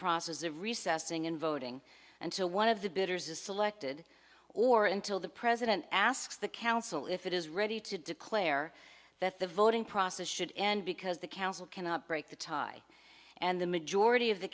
process of recessing and voting until one of the bidders is selected or until the president asks the council if it is ready to declare that the voting process should end because the council cannot break the tie and the majority of the